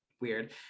weird